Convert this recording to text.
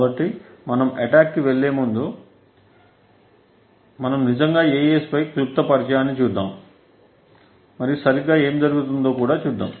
కాబట్టి మనం అటాక్ కి వెళ్ళేముందు మనం నిజంగా AES పై క్లుప్త పరిచయాన్ని చూద్దాము మరియు సరిగ్గా ఏమి జరుగుతుందో కూడా చూద్దాం